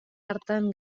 hartan